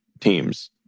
teams